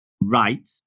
right